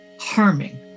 harming